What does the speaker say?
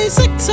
six